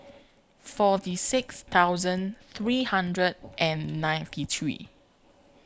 forty six thousand three hundred and ninety three